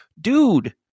dude